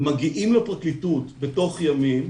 מגיעים לפרקליטות תוך ימים.